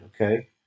okay